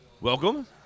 Welcome